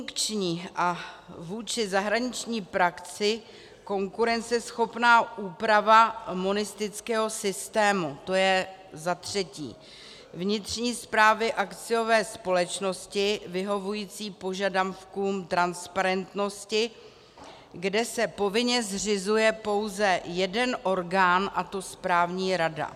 Funkční a vůči zahraniční praxi konkurenceschopná úprava monistického systému to je zatřetí vnitřní správy akciové společnosti vyhovující požadavkům transparentnosti, kde se povinně zřizuje pouze jeden orgán, a to správní rada.